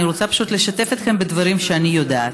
אני רוצה פשוט לשתף אתכם בדברים שאני יודעת: